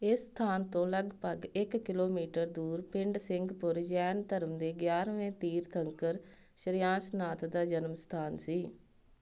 ਇਸ ਸਥਾਨ ਤੋਂ ਲਗਭਗ ਇੱਕ ਕਿਲੋਮੀਟਰ ਦੂਰ ਪਿੰਡ ਸਿੰਘਪੁਰ ਜੈਨ ਧਰਮ ਦੇ ਗਿਆਰਵੇਂ ਤੀਰਥੰਕਰ ਸ਼੍ਰੇਆਂਸਨਾਥ ਦਾ ਜਨਮ ਸਥਾਨ ਸੀ